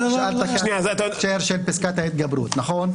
שאלת בהקשר לפסקת ההתגברות, נכון?